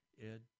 Ed